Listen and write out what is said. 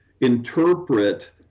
interpret